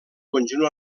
conjunt